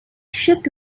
shift